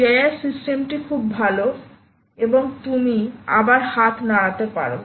PIR সিস্টেমটি খুব ভাল এবংতুমি আবার হাত নাড়াতে পারো